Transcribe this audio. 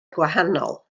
gwahanol